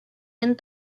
and